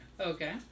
Okay